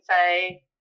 say